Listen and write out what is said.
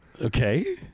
Okay